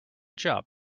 job